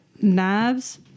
knives